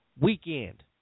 weekend